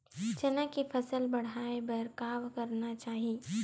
चना के फसल बढ़ाय बर का करना चाही?